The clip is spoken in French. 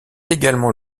également